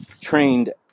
trained